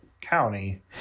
county